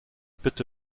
bitte